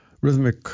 rhythmic